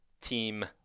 team